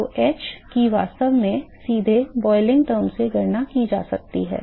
तो h की वास्तव में सीधे boiling term से गणना की जा सकती है